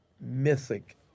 mythic